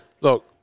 Look